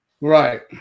Right